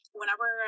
whenever